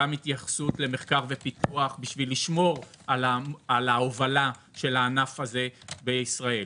גם למחקר ופיתוח בשביל לשמור על ההובלה של הענף הזה בישראל.